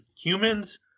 Humans